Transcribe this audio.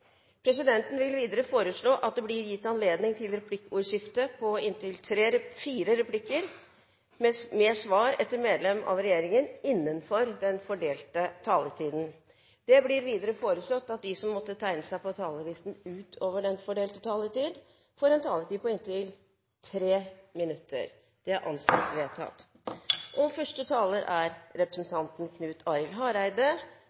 vil presidenten foreslå at det blir gitt anledning til replikkordskifte på inntil fire replikker med svar etter medlemmer av regjeringen innenfor den fordelte taletid. Videre blir det foreslått at de som måtte tegne seg på talerlisten utover den fordelte taletid, får en taletid på inntil 3 minutter. – Det anses vedtatt.